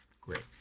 Great